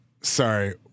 Sorry